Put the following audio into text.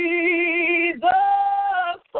Jesus